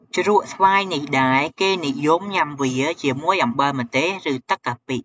ជ្រក់ស្វាយនេះដែរ គេនិយមញុាំវាជាមួយអំបិលម្ទេស ឬ ទឹកកាពិ។